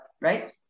Right